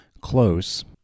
close